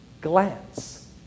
glance